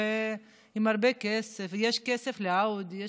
ועם הרבה כסף: יש כסף לאאודי,